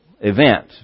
event